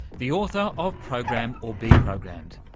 the author of program or be programmed.